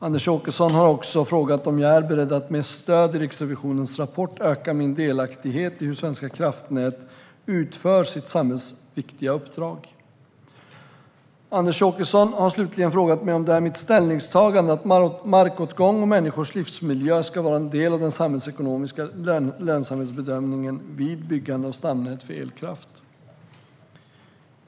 Anders Åkesson har också frågat om jag är beredd att med stöd i Riksrevisionens rapport öka min delaktighet i hur Svenska kraftnät utför sitt samhällsviktiga uppdrag. Anders Åkesson har slutligen frågat mig om det är mitt ställningstagande att markåtgång och människors livsmiljö ska vara en del av den samhällsekonomiska lönsamhetsbedömningen vid byggande av stamnät för elkraft.